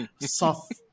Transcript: soft